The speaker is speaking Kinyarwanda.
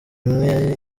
imwe